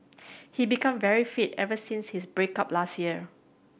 he become very fit ever since his break up last year